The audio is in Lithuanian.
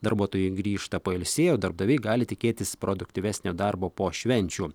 darbuotojai grįžta pailsėję o darbdaviai gali tikėtis produktyvesnio darbo po švenčių